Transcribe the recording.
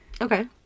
Okay